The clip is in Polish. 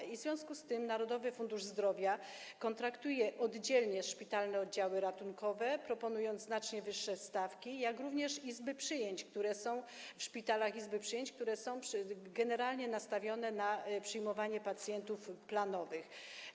I w związku z tym Narodowy Fundusz Zdrowia kontraktuje oddzielnie szpitalne oddziały ratunkowe, proponując znacznie wyższe stawki, jak również izby przyjęć, które są w szpitalach, które są generalnie nastawione na przyjmowanie pacjentów planowych.